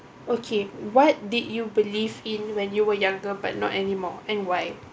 okay what did you believe in when you were younger but not anymore and why